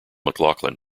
mclaughlin